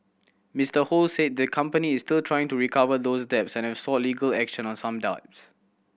Mister Ho said the company is still trying to recover those debts and have sought legal action on some dims